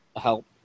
help